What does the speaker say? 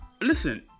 Listen